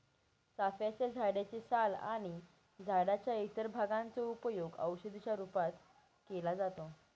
चाफ्याच्या झाडे चे साल आणि झाडाच्या इतर भागांचा उपयोग औषधी च्या रूपात केला जातो